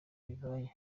bibayeho